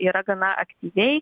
yra gana aktyviai